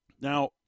Now